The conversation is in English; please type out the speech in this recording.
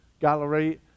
gallery